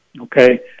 okay